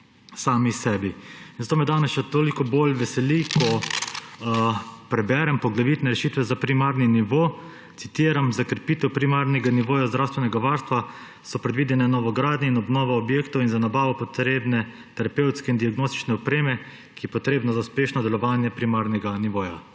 zato me danes še toliko bolj veseli, ko preberem poglavitne rešitve za primarni nivo, citiram: »Za krepitev primarnega nivoja zdravstvenega varstva so predvidene novogradnje in obnove objektov in za nabavo potrebne terapevtske in diagnostične opreme, ki je potrebna za uspešno delovanje primarnega nivoja.«